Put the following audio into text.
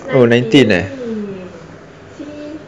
oh nineteen eh